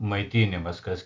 maitinimas kas